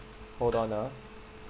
hold on ah